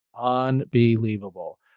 Unbelievable